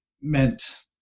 meant